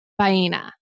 Baina